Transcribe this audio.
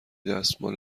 دستمال